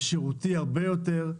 לשירותי הרבה יותר,